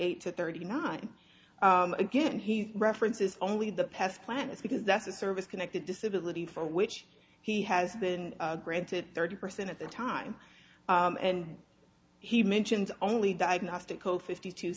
eight to thirty nine again he references only the past planets because that's a service connected disability for which he has been granted thirty percent at the time and he mentions only diagnostic co fifty to